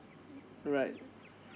alright